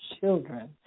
children